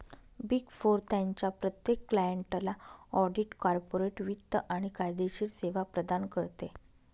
big four त्यांच्या प्रत्येक क्लायंटला ऑडिट, कॉर्पोरेट वित्त आणि कायदेशीर सेवा प्रदान करते